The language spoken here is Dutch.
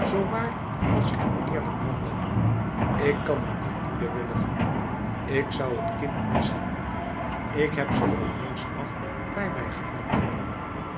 zoo waar als ik een eerlijk man ben ik kan er niet in bewilligen ik zou het kind missen ik heb ze van jongs af bij mij gehad